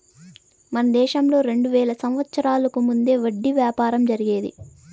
మన దేశంలో రెండు వేల సంవత్సరాలకు ముందే వడ్డీ వ్యాపారం జరిగేది